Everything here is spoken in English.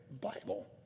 Bible